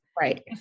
Right